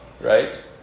right